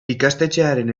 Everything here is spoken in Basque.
ikastetxearen